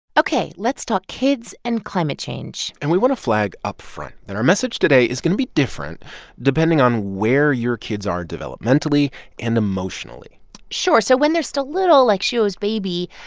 ok. let's talk kids and climate change and we want to flag upfront that our message today is going to be different depending on where your kids are developmentally and emotionally sure. so when there's still little, like shuo's baby,